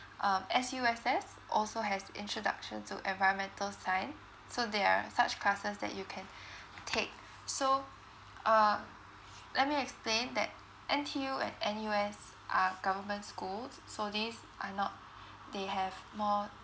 um S_U_S_S also has introduction to environmental science so there're such classes that you can take so uh let me explain that N_T_U and N_U_S are government schools so these are not they have more